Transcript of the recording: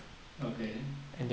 okay